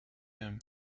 him